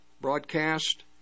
broadcast